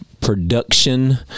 production